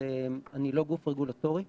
אני לא גוף רגולטורי,